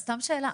שאלה,